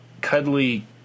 cuddly